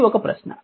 ఇది ఒక ప్రశ్న